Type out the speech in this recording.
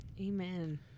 amen